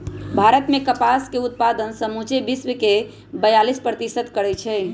भारत मे कपास के उत्पादन समुचे विश्वके बेयालीस प्रतिशत करै छै